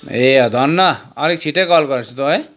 ए धन्न अलिक छिट्टै कल गरेछु त है